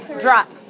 Drop